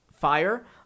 fire